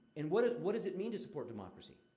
and what does what does it mean to support democracy?